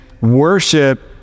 worship